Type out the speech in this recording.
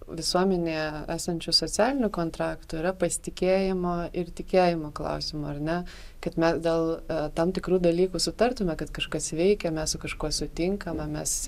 visuomenėje esančio socialinio kontrakto yra pasitikėjimo ir tikėjimo klausimų ar ne kad mes dėl tam tikrų dalykų sutartume kad kažkas veikia mes su kažkuo sutinkame mes